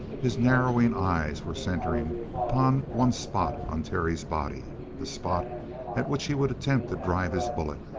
his narrowing eyes were centering on one spot on terry's body the spot at which he would attempt to drive his bullet,